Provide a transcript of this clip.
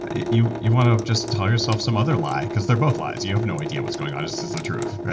ah you you want to just tell yourself some other lie, cause they're both lies. you have no idea what's going on, this is the truth, right?